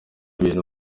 bintu